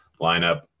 lineup